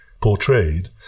portrayed